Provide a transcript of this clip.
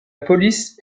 police